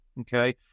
okay